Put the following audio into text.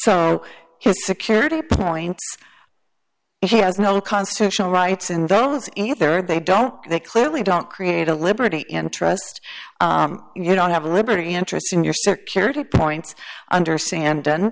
so his security point is he has no constitutional rights in those either they don't they clearly don't create a liberty interest you don't have a liberty interest in your security points under sam done